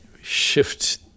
Shift